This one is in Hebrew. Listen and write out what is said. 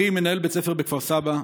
אחי מנהל בית ספר בכפר סבא.